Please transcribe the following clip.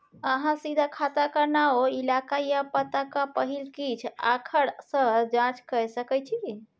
अहाँ सीधा शाखाक नाओ, इलाका या पताक पहिल किछ आखर सँ जाँच कए सकै छी